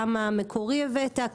כמה מקורי הבאת,